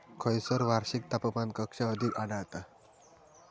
खैयसर वार्षिक तापमान कक्षा अधिक आढळता?